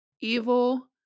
evil